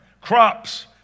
crops